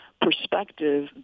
perspective